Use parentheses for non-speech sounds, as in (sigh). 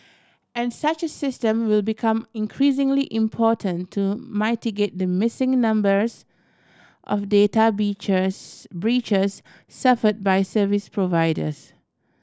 and such system will become increasingly important to mitigate the missing numbers of data (unintelligible) breaches suffered by service providers